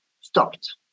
stopped